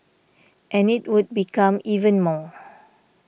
and it would become even more